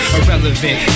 Irrelevant